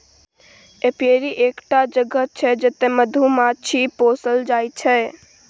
apiary एकटा जगह छै जतय मधुमाछी पोसल जाइ छै